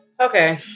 Okay